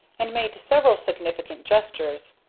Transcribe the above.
and made several significant gestures.